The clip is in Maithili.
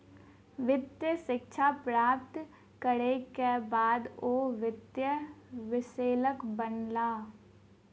वित्तीय शिक्षा प्राप्त करै के बाद ओ वित्तीय विश्लेषक बनला